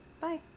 bye